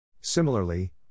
Similarly